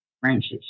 Francis